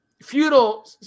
feudal